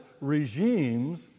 regimes